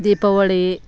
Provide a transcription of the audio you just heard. Deepavali